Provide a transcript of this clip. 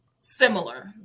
similar